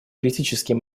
критический